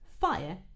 Fire